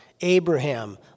Abraham